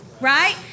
Right